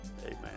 amen